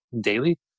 daily